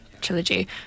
trilogy